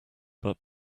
but